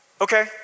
Okay